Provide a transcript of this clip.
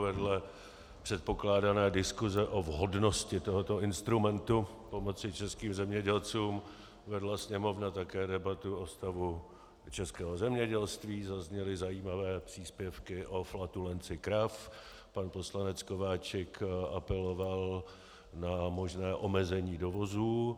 Vedle předpokládané diskuse o vhodnosti tohoto instrumentu pomoci českým zemědělcům vedla Sněmovna také debatu o stavu českého zemědělství, zazněly zajímavé příspěvky o flatulenci krav, pan poslanec Kováčik apeloval na možné omezení dovozů.